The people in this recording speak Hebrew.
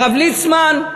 הרב ליצמן,